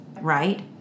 right